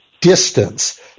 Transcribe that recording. distance